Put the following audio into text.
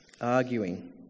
arguing